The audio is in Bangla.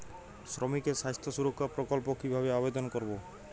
শ্রমিকের স্বাস্থ্য সুরক্ষা প্রকল্প কিভাবে আবেদন করবো?